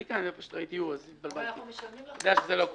--- אבל אנחנו משלמים עבור זה.